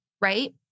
Right